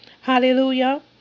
Hallelujah